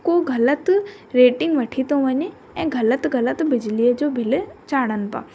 को ग़लति रेटिंग वठी थो वञे ऐं ग़लति ग़लति बिजलीअ जो बिल चाढ़नि पिया